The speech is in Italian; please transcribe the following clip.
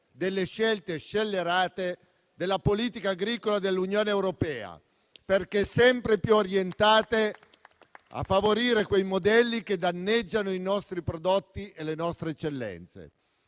delle scelte scellerate della politica agricola dell'Unione europea, sempre più orientate a favorire modelli che danneggiano i nostri prodotti e le nostre eccellenze.